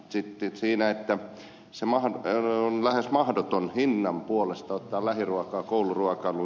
mainitsitte siinä että on lähes mahdotonta hinnan puolesta ottaa lähiruokaa kouluruokailuun